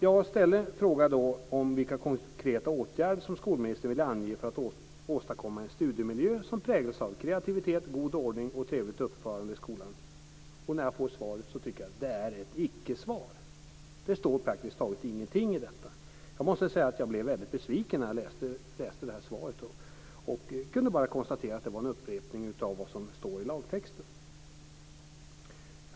Jag har frågat vilka konkreta åtgärder som skolministern vill ange för att åstadkomma en studiemiljö som präglas av kreativitet, god ordning och trevligt uppförande i skolan. När jag nu får svaret tycker jag att det är ett icke-svar. Praktiskt taget ingenting står där. Jag måste säga att jag blev väldigt besviken när jag läste svaret. Jag kunde bara konstatera att det var en upprepning av vad som står i lagtexten.